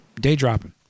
day-dropping